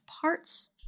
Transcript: parts